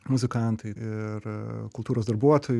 muzikantai ir kultūros darbuotojų